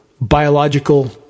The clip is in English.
biological